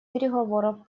переговоров